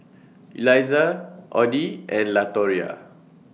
Eliza Oddie and Latoria